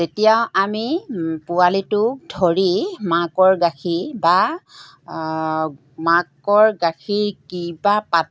তেতিয়া আমি পোৱালিটোক ধৰি মাকৰ গাখীৰ বা মাকৰ গাখীৰ কিবা পাত্ৰ